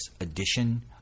edition